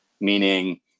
meaning